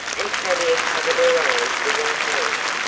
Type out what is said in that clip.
and tavia covered her eyes with her hand.